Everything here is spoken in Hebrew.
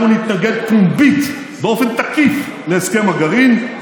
אנחנו נתנגד פומבית באופן תקיף להסכם הגרעין,